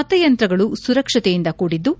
ಮತಯಂತ್ರಗಳು ಸುರಕ್ಷತೆಯಿಂದ ಕೊಡಿದ್ಲು